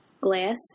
glass